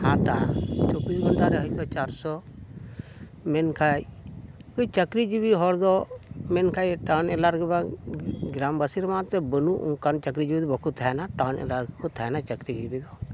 ᱦᱟᱛᱟᱣᱟ ᱪᱚᱵᱵᱤᱥ ᱜᱷᱚᱱᱴᱟ ᱨᱮ ᱦᱳᱭ ᱛᱚ ᱪᱟᱨᱥᱚ ᱢᱮᱱᱠᱷᱟᱱ ᱱᱩᱠᱩ ᱪᱟᱹᱠᱨᱤ ᱡᱤᱵᱤ ᱦᱚᱲ ᱫᱚ ᱢᱮᱱᱠᱷᱟᱱ ᱴᱟᱹᱣᱩᱱ ᱮᱞᱟ ᱨᱮᱜᱮ ᱵᱟᱝ ᱜᱨᱟᱢ ᱵᱟᱥᱤ ᱨᱮᱢᱟ ᱮᱱᱛᱮᱫ ᱵᱟᱹᱱᱩᱜ ᱚᱱᱠᱟᱱ ᱪᱟᱹᱠᱨᱤ ᱡᱤᱵᱤ ᱫᱚ ᱵᱟᱠᱚ ᱛᱟᱦᱮᱱᱟ ᱴᱟᱣᱩᱱ ᱮᱞᱟᱠᱟ ᱨᱮᱠᱚ ᱛᱟᱦᱮᱱᱟ ᱪᱟᱹᱠᱨᱤ ᱡᱤᱵᱤ ᱫᱚ